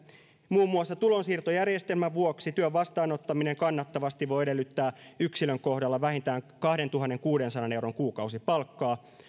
muun muassa tulonsiirtojärjestelmän vuoksi työn vastaanottaminen kannattavasti voi edellyttää yksilön kohdalla vähintään kahdentuhannenkuudensadan euron kuukausipalkkaa